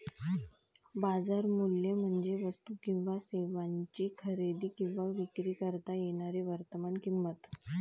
बाजार मूल्य म्हणजे वस्तू किंवा सेवांची खरेदी किंवा विक्री करता येणारी वर्तमान किंमत